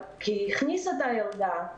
כי היא הכניסה את הילדה.